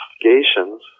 investigations